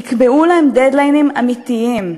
תקבעו להם "דד-ליינים" אמיתיים.